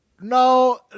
No